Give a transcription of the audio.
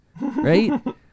right